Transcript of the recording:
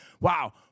wow